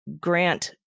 grant